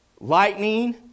lightning